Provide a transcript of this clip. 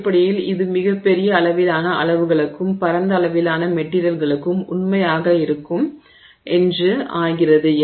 அடிப்படையில் இது மிகப் பெரிய அளவிலான அளவுகளுக்கும் பரந்த அளவிலான மெட்டிரியல்களுக்கும் உண்மையாக இருக்கும் என்று ஆகிறது